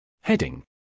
Heading